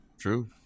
true